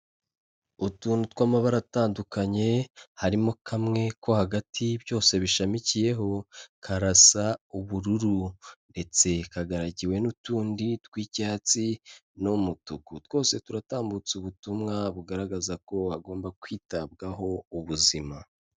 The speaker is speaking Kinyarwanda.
Utuntu tw'amabara atandukanye harimo kamwe ko hagati byose bishamikiyeho, karasa ubururu ndetse kagaragiwe n'utundi tw'icyatsi n'umutuku. Twose turatambutsa ubutumwa bugaragaza ko hagomba kwitabwaho ubuzima.